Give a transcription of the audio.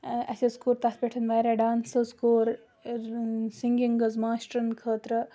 آ اَسہِ حظ کوٚر تَتھ پٮ۪ٹھ واریاہ ڈانٕس حظ کوٚر سِنٛگِنٛگ حظ ماسٹرَن خٲطرٕ